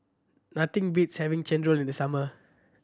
nothing beats having chendol in the summer